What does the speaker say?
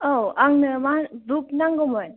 औ आंनो मा बुक नांगौमोन